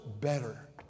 better